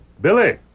Billy